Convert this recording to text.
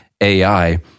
AI